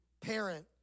parent